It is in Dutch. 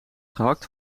gehakt